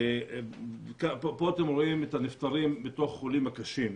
פה אתם רואים את הנפטרים מתוך החולים הקשים.